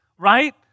right